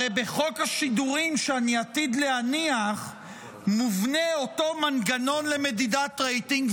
הרי בחוק השידורים שאני עתיד להניח מובנה אותו מנגנון למדידת רייטינג,